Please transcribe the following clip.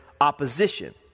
opposition